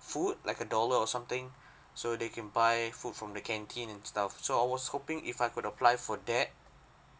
food like a dollar or something so they can buy food from the canteen and stuff so I was hoping if I could apply for that